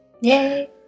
Yay